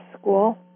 school